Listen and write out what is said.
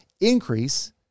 increase